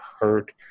hurt